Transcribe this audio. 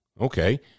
Okay